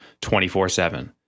24-7